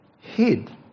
hid